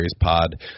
pod